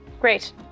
Great